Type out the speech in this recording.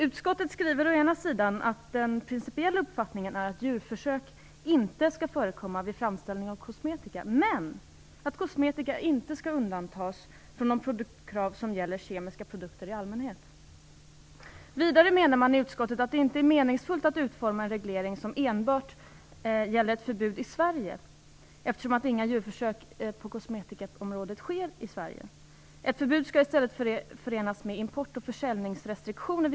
Utskottet skriver att den principiella uppfattningen är att djurförsök inte skall förekomma vid framställning av kosmetika, men att kosmetika inte skall undantas från de produktkrav som gäller kemiska produkter i allmänhet. Vidare menar utskottet att det inte är meningsfullt att utforma en reglering som enbart gäller ett förbud i Sverige, eftersom inga djurförsök på kosmetikaområdet sker i Sverige. Ett förbud skall i stället förenas med import och försäljningsrestriktioner.